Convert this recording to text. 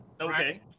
okay